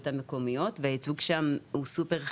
המקומיות והייצוג שם הוא סופר חשוב.